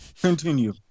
Continue